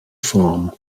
form